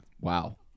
Wow